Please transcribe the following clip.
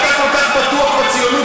המחנה הפוסט-ציוני.